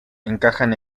encajan